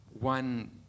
one